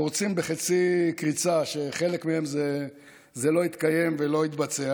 קורצים בחצי קריצה שחלק מהם לא יתקיים ולא יתבצע,